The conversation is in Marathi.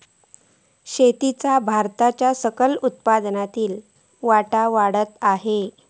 शेतीचो भारताच्या सकल उत्पन्नातलो वाटो वाढता हा